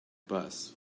bus